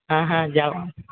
হ্যাঁ হ্যাঁ যাব